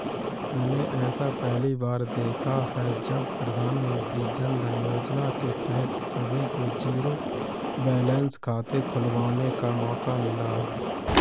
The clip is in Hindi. हमने ऐसा पहली बार देखा है जब प्रधानमन्त्री जनधन योजना के तहत सभी को जीरो बैलेंस खाते खुलवाने का मौका मिला